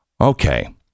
Okay